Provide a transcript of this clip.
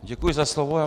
Děkuji za slovo.